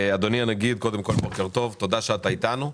אדוני הנגיד, קודם כול בוקר טוב, תודה שאתה אתנו.